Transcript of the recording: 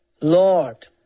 Lord